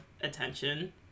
attention